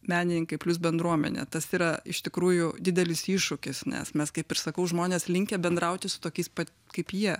menininkai plius bendruomenė tas yra iš tikrųjų didelis iššūkis nes mes kaip ir sakau žmonės linkę bendrauti su tokiais pat kaip jie